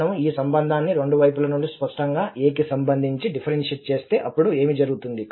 మనము ఈ సంబంధాన్ని రెండు వైపుల నుండి స్పష్టంగా a కి సంబంధించి డిఫరెన్షియేట్ చేస్తే అప్పుడు ఏమి జరుగుతుంది